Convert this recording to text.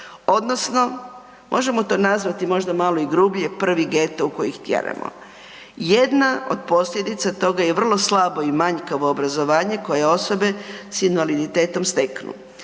odnosno možemo to nazvati možda malo i grublje, prvi geto u koji ih tjeramo. Jedna od posljedica toga je vrlo slabo i manjkavo obrazovanje koje osobe s invaliditetom steknu.